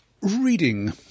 reading